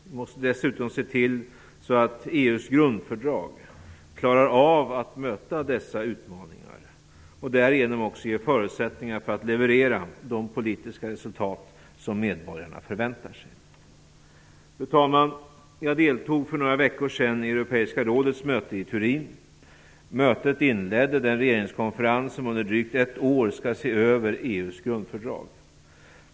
Vi måste dessutom se till att EU:s grundfördrag klarar av att möta dessa utmaningar och därigenom också ge förutsättningar när det gäller att leverera de politiska resultat som medborgarna förväntar sig. Fru talman! För några veckor sedan deltog jag i Europeiska rådets möte i Turin. Mötet inledde den regeringskonferens som under drygt ett år skall se över EU:s grundfördrag.